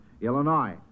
Illinois